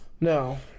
No